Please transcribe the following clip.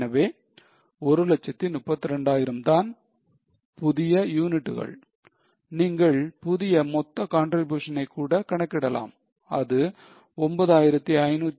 எனவே 132000 தான் புதிய யூனிட்டுகள் நீங்கள் புதிய மொத்த contribution னை கூட கணக்கிடலாம் அது 9556